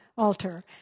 Altar